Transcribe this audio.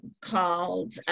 called